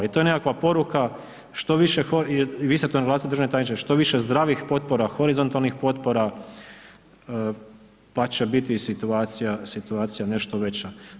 I to je nekakva poruka, vi ste to naglasili državni tajniče, što više zdravih potpora, horizontalnih potpora, pa će biti i situacija nešto veća.